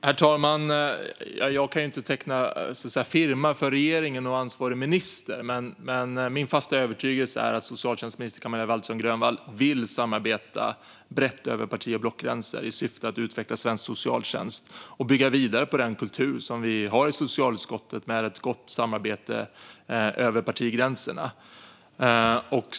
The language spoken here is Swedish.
Herr talman! Jag kan inte, så att säga, teckna firma för regeringen och ansvarig minister. Men min fasta övertygelse är att socialtjänstminister Camilla Waltersson Grönvall vill samarbeta brett över parti och blockgränser i syfte att utveckla svensk socialtjänst och bygga vidare på den kultur som vi har i socialutskottet med ett gott samarbete över partigränserna.